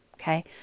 okay